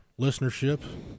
listenership